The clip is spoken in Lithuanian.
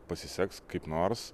pasiseks kaip nors